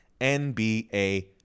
NBA